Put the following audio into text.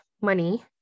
money